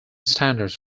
standards